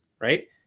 right